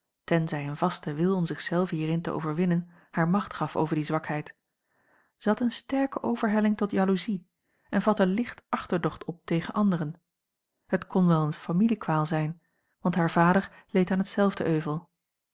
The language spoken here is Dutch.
tenzij een vaste wil om zich zelve hierin te overwinnen haar macht gaf over die zwakheid zij had eene sterke overhelling tot jaloezie en vatte licht achterdocht op tegen anderen het kon wel eene familiekwaal zijn want haar vader leed aan